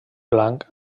blanc